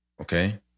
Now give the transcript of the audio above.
Okay